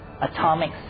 atomic